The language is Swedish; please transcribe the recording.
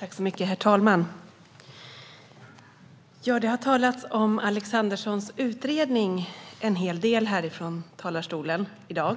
Herr talman! Det har talats en hel del om Alexanderssons utredning här från talarstolen i dag.